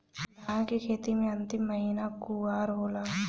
धान के खेती मे अन्तिम महीना कुवार होला?